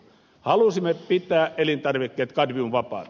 halusimme pitää elintarvikkeet kadmiumvapaana